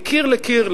מקיר לקיר,